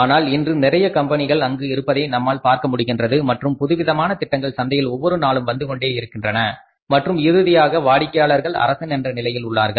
ஆனால் இன்று நிறைய கம்பெனிகள் அங்கு இருப்பதை நம்மால் பார்க்க முடிகின்றது மற்றும் புதுவிதமான திட்டங்கள் சந்தையில் ஒவ்வொரு நாளும் வந்து கொண்டே இருக்கின்றன மற்றும் இறுதியாக வாடிக்கையாளர்கள் அரசன் என்ற நிலையில் உள்ளார்கள்